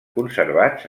conservats